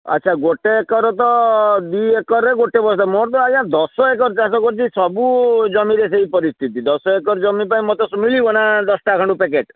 ଆଚ୍ଛା ଗୋଟେ ଏକର ତ ଦୁଇ ଏକରରେ ଗୋଟେ ବସ୍ତା ମୋର ତ ଆଜ୍ଞା ଦଶ ଏକର ଚାଷ କରିଛି ସବୁ ଜମିରେ ସେଇ ପରିସ୍ଥିତି ଦଶ ଏକର ଜମି ପାଇଁ ମତେ ମିଳିବ ନା ଦଶଟା ଖଣ୍ଡେ ପ୍ୟାକେଟ୍